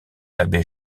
l’abbé